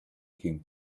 came